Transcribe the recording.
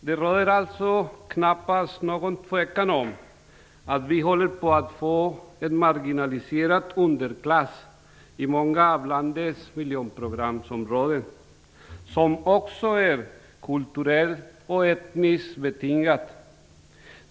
Det råder alltså knappast någon tvekan om att vi håller på att få en marginaliserad underklass i många av landets miljonprogramsområden som också är kulturellt och etniskt betingad.